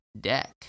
deck